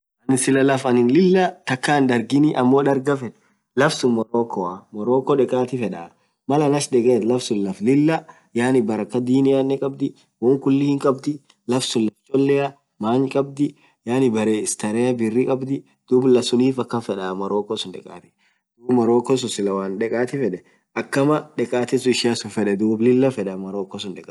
annin clah laff anin takaa hindarginii dargaa feed morokkoaa, morokko dekaati fedaa laff diniatii, wonkulii hinkabdii manny kabddi ,yaanni baree stareea birri kabdi. duub suunif akaan dekaati ishia fedda morokko suun.